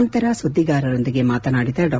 ನಂತರ ಸುದ್ಗಿಗಾರರೊಂದಿಗೆ ಮಾತನಾಡಿದ ಡಾ